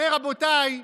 הרי, רבותיי,